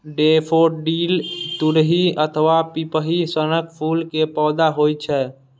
daffodil तुरही अथवा पिपही सनक फूल के पौधा होइ छै